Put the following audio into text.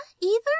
either